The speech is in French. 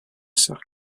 sœur